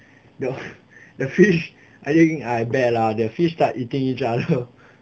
the the fish anything I bad lah the fish start eating each other